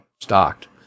stocked